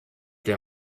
der